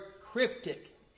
cryptic